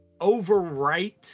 overwrite